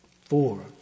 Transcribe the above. four